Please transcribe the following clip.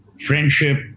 friendship